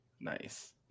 Nice